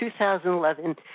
2011